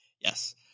yes